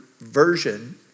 version